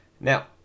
Now